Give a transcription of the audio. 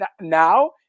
now